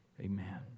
Amen